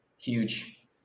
huge